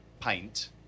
paint